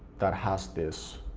that has this.